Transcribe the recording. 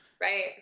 Right